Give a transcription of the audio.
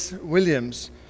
Williams